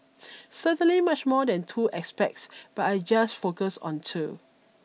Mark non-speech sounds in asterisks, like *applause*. *noise* certainly much more than two aspects but I'll just focus on two